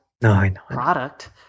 product